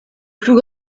plus